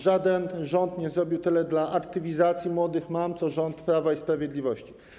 Żaden rząd nie zrobił tyle dla aktywizacji młodych mam co rząd Prawa i Sprawiedliwości.